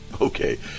Okay